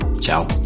Ciao